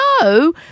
no